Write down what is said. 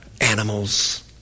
animals